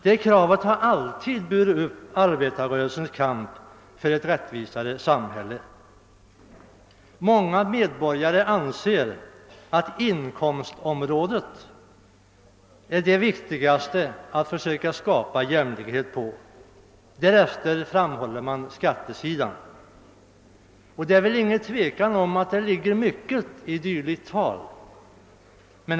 Detta krav har alltid burit upp arbetarrörelsens kamp för ett rättvisare samhälle. Många medborgare anser att det är viktigast att försöka skapa jämlikhet i fråga om inkomster. Det näst viktigaste är jämlikheten beträffande skatterna. Det råder inget tvivel om att det ligger mycket i ett sådant talesätt.